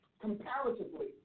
comparatively